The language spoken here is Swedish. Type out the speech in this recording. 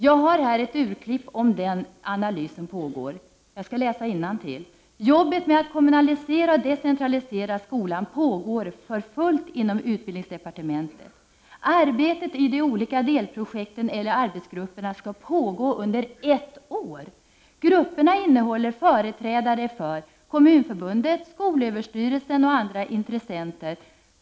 Jag har här ett urklipp om den analys som pågår och skall läsa innantill: ”Jobbet med att kommunalisera och decentralisera skolan pågår för fullt inom utbildningsdepartementet. ——— Arbetet i de olika delprojekten eller arbetsgrupperna ska pågå under ett år. Grupperna innehåller företrädare för Kommunförbundet, skolöverstyrelsen och andra intressenter.